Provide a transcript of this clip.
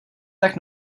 tak